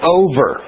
over